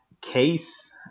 case